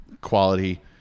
quality